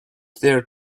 there